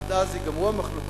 עד אז ייגמרו המחלוקות